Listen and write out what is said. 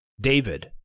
David